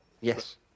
Yes